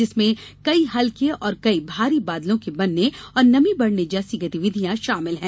जिनमें कई हल्के और कई भारी बादलों के बनने और नमी बढ़ने जैसी गतिविधियां शामिल हैं